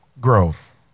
Grove